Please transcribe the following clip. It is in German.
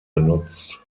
genutzt